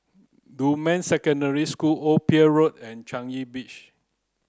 Dunman Secondary School Old Pier Road and Changi Beach